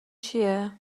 چیه